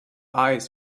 eyes